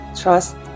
Trust